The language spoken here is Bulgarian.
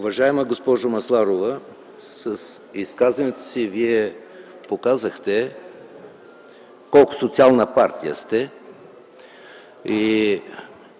Уважаема госпожо Масларова, с изказването си Вие показахте колко социална партия сте.